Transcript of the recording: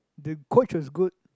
the coach was good